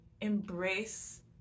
embrace